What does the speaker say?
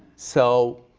so,